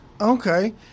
Okay